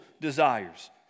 desires